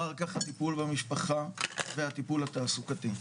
אחר כך הטיפול במשפחה והטיפול התעסוקתי,